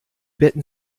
betten